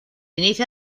inicia